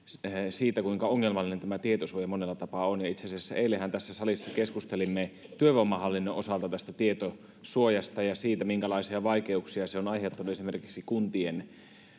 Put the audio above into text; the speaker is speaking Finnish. siitä kuinka ongelmallinen tämä tietosuoja monella tapaa on itse asiassa eilenhän tässä salissa keskustelimme työvoimahallinnon osalta tästä tietosuojasta ja siitä minkälaisia vaikeuksia se on aiheuttanut esimerkiksi kuntien